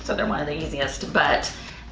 so they're one of the easiest, but.